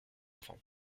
enfant